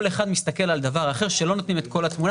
כל אחד מסתכל על דבר אחר שלא נותן את כל התמונה